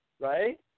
right